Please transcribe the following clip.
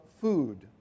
food